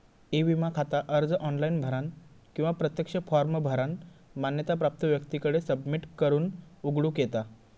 E विमा खाता अर्ज ऑनलाइन भरानं किंवा प्रत्यक्ष फॉर्म भरानं मान्यता प्राप्त व्यक्तीकडे सबमिट करून उघडूक येता